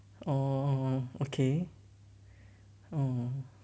oh okay oh